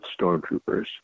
stormtroopers